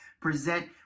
present